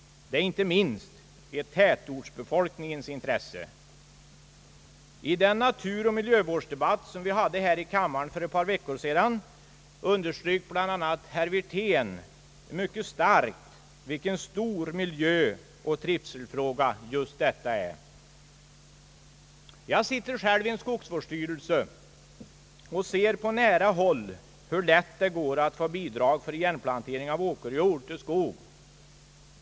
Det är inte minst ett tätortsbefolkningens intresse. I den naturoch miljövårdsdebatt vi hade här i kammaren för ett par veckor sedan underströk bl.a. herr Wirtén mycket starkt vilken stor miljöoch trivselfråga just detta är. Jag är själv med i en skogsvårdsstyrelse och har på nära håll tillfälle se hur lätt det går att få bidrag till igenplantering av åkerjord till skog.